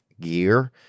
gear